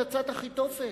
זוכר את עצת אחיתופל,